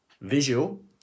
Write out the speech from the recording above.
visual